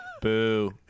Boo